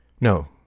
No